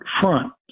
front